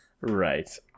right